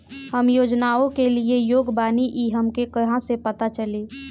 हम योजनाओ के लिए योग्य बानी ई हमके कहाँसे पता चली?